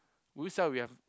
would you sell if you've